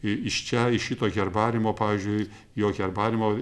iš čia iš šito herbariumo pavyzdžiui jo herbariumo